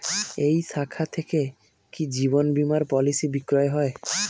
এই শাখা থেকে কি জীবন বীমার পলিসি বিক্রয় হয়?